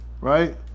right